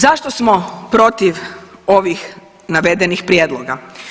Zašto smo protiv ovih navedenih prijedloga?